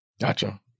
Gotcha